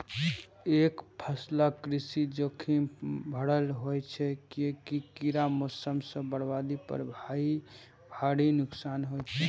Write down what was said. एकफसला कृषि जोखिम भरल होइ छै, कियैकि कीड़ा, मौसम सं बर्बादी पर भारी नुकसान होइ छै